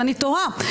ואני תוהה,